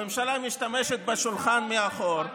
הממשלה משתמשת בשולחן מאחור.